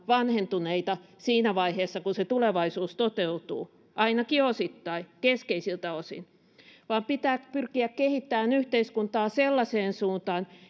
vanhentuneita siinä vaiheessa kun se tulevaisuus toteutuu ainakin osittain keskeisiltä osin vaan pitää pyrkiä kehittämään yhteiskuntaa sellaiseen suuntaan